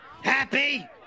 Happy